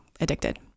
addicted